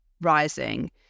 rising